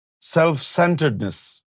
self-centeredness